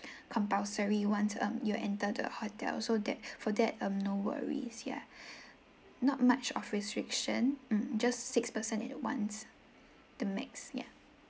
compulsory once um you enter the hotel so that for that um no worries yeah not much of restriction mm just six persons at the once the max yeah